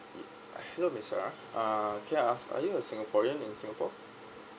hello miss sarah uh can i ask are you a singaporean in singapore